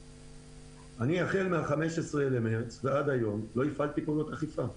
אני החל מה-15 במרץ 2020 ועד היום לא הפעלתי פעולות אכיפה.